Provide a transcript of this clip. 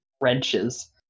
wrenches